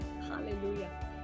hallelujah